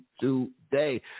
today